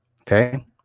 Okay